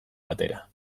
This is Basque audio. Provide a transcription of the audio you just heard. batera